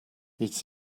it’s